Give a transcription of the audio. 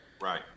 Right